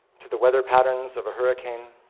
to the weather patterns of a hurricane